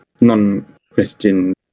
non-Christian